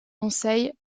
conseil